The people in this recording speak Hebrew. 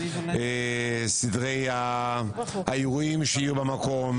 סדרי האירועים שיהיו במקום,